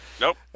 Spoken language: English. Nope